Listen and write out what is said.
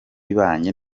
ibanye